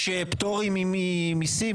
יש פטורים ממיסים,